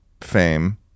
fame